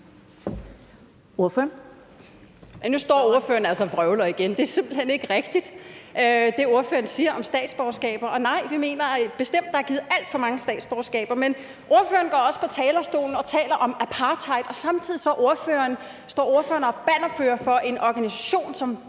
Thiesen (NB): Nu står ordføreren altså igen og vrøvler. Det er simpelt hen ikke rigtigt, hvad ordføreren siger om statsborgerskaber. Vi mener bestemt, at der er blevet givet alt for mange statsborgerskaber. Men ordføreren går også på talerstolen og taler om apartheid, og samtidig står ordføreren og er bannerfører for en organisation som